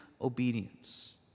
obedience